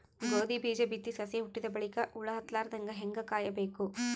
ಗೋಧಿ ಬೀಜ ಬಿತ್ತಿ ಸಸಿ ಹುಟ್ಟಿದ ಬಲಿಕ ಹುಳ ಹತ್ತಲಾರದಂಗ ಹೇಂಗ ಕಾಯಬೇಕು?